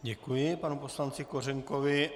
Děkuji panu poslanci Kořenkovi.